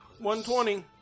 120